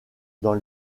dans